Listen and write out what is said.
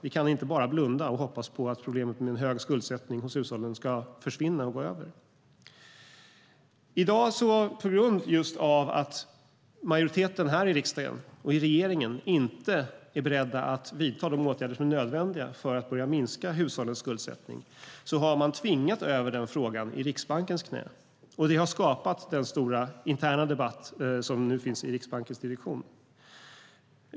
Vi kan inte blunda och hoppas att problemet med hushållens höga skuldsättning ska försvinna av sig självt. Majoriteten i riksdag och regering är inte beredd att vidta de åtgärder som är nödvändiga för att börja minska hushållens skuldsättning utan har i stället skyfflat över den frågan till Riksbanken. Det har skapat den stora interna debatten i Riksbankens direktion.